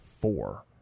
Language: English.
four